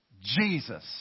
Jesus